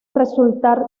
resultar